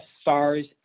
stars